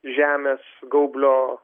žemės gaublio